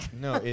no